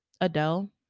Adele